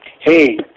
Hey